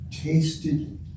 tasted